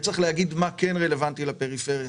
צריך להגיד מה כן רלוונטי לפריפריה.